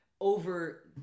over